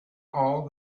all